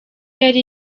yari